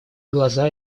глаза